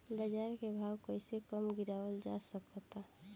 बाज़ार के भाव कैसे कम गीरावल जा सकता?